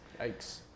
Yikes